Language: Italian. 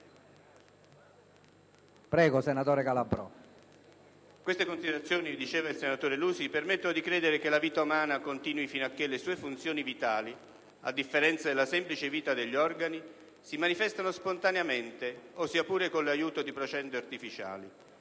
Queste considerazioni - diceva il senatore Lusi - permettono di credere che la vita umana continui finché le sue funzioni vitali, a differenza della semplice vita degli organi, si manifestano spontaneamente o sia pure con l'aiuto di placente artificiali.